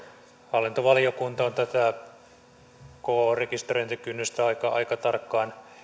hallintovaliokunta on tätä kyseessä oleva rekisteröintikynnystä aika aika tarkkaan